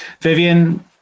vivian